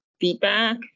feedback